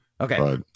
Okay